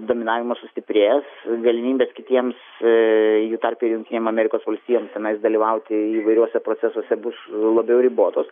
dominavimas sustiprės galimybės kitiems jų tarpe jungtinėm amerikos valstijom tenais dalyvauti įvairiuose procesuose bus labiau ribotos